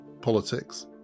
politics